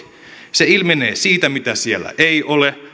se ilmenee siitä mitä siellä ei ole